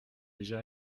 déjà